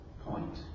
point